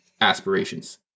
aspirations